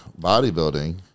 bodybuilding